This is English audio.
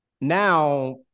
now